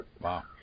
Wow